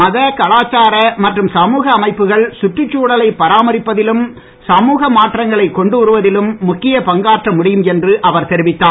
மத கலாச்சார மற்றும் சமூக அமைப்புகள் சுற்றுச்சுழலை பராமரிப்பதிலும் சமூக மாற்றங்களைக் கொண்டு வருவதிலும் முக்கிய பங்காற்ற முடியும் என்று அவர் தெரிவித்தார்